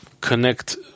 connect